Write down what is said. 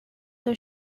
the